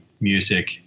music